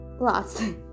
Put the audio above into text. lost